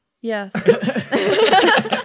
yes